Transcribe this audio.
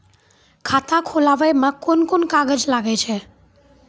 खाता खोलावै मे कोन कोन कागज लागै छै?